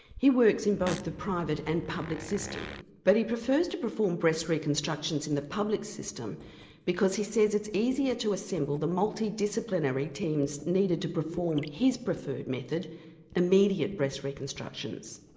he works in both the private and public system but he prefers to perform breast reconstructions in the public system because he says it's easier to assemble the multi-disciplinary teams needed to perform his preferred method immediate breast reconstructions.